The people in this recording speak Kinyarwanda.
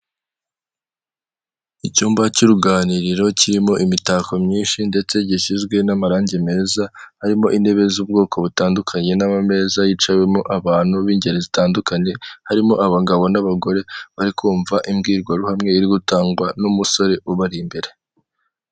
Umuhanda wa kaburimbo uri kugendamo umugore hagaragara icyapa kirekire kiri mu ibara ry'ubururu cyanditsemo inyuguti nini ya P hakoreshejwe ibara ry'umweru munsi hashushanyije imodoka y'umweru itwara abagenzi ku mpande hagaragara indabo ndetse n'ibiti .